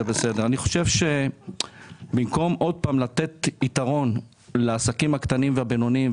אני חושב שבמקום עוד פעם לתת יתרון לעסקים הקטנים והבינוניים,